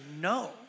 no